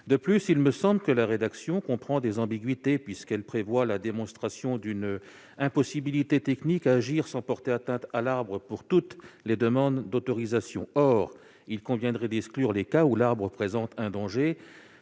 de l'amendement n° 1273 comprend des ambiguïtés puisqu'elle prévoit la démonstration d'une impossibilité technique à agir sans porter atteinte à l'arbre pour toutes les demandes d'autorisation. Or il conviendrait d'exclure les cas où l'arbre présente un danger